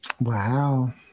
Wow